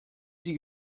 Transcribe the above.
sie